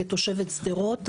כתושבת שדרות,